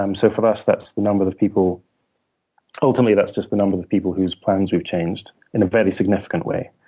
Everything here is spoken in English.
um so for us, that's the number of people ultimately, that's just the number of people whose plans we've changed in a very significant way,